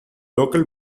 local